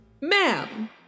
ma'am